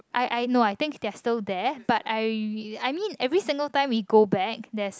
I I know I think there are still there but I I mean every single time we go back there's